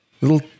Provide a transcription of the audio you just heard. Little